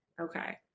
okay